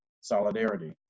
Solidarity